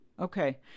Okay